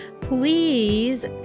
Please